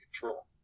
control